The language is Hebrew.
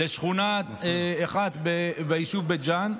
שכונה אחת ביישוב בית ג'ן.